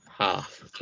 half